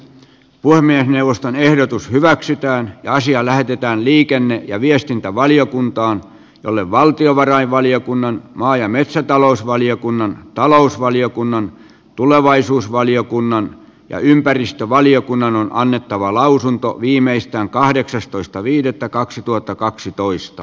l puhemiesneuvoston ehdotus hyväksytään ja asia lähetetään liikenne ja viestintävaliokuntaan jolle valtiovarainvaliokunnan maa ja metsätalousvaliokunnan talousvaliokunnan tulevaisuusvaliokunnan ja ympäristövaliokunnan on annettava lausunto viimeistään kahdeksastoista viidettä kaksituhattakaksitoista